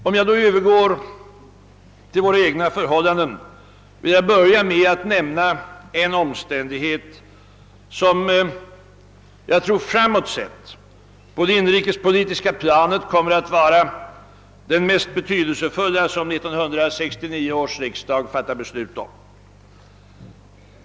Om jag så övergår till våra egna förhållanden vill jag börja med att nämna en omständighet som jag tror framåt sett kommer att vara den mest betydelsefulla på det inrikespolitiska planet som 1969 års riksdag har att fatta beslut om.